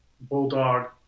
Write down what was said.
bulldog